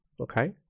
okay